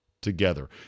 together